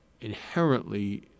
inherently